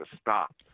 stop